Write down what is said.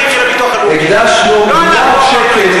הקדשנו מיליארד שקל,